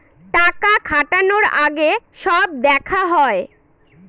টাকা খাটানোর আগে সব দেখা হয়